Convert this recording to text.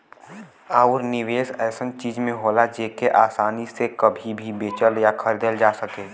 आउर निवेस ऐसन चीज में होला जेके आसानी से कभी भी बेचल या खरीदल जा सके